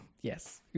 Yes